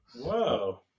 Whoa